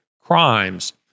crimes